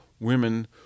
women